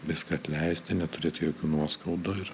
viską atleisti neturėti jokių nuoskaudų ir